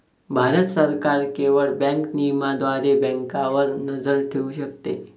भारत सरकार केवळ बँक नियमनाद्वारे बँकांवर नजर ठेवू शकते